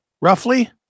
roughly